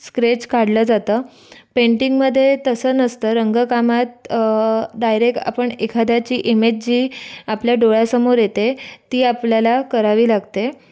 sketch काढल्या जातं पेंटिंगमध्ये तसं नसतं रंगकामात डायरेक्ट आपण एखाद्याची इमेज जी आपल्या डोळ्यासमोर येते ती आपल्याला करावी लागते